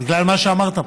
בגלל מה שאמרת פה,